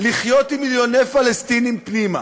לחיות עם מיליוני פלסטינים פנימה,